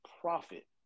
profit